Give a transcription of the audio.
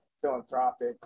philanthropic